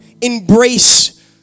embrace